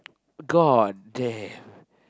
god damn